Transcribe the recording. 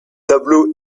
tableaux